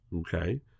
Okay